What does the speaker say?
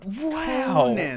Wow